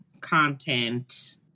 content